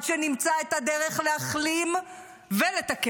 עד שנמצא את הדרך להחלים ולתקן.